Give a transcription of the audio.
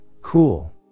cool